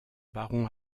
baron